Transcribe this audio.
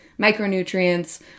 micronutrients